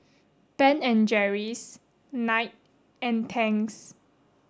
Ben and Jerry's Knight and Tangs